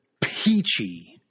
peachy